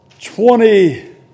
Twenty